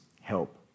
help